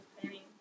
planning